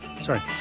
Sorry